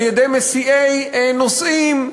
על-ידי מסיעי נוסעים.